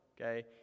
okay